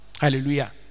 hallelujah